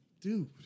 Dude